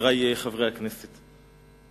חברי חברי הכנסת,